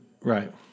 Right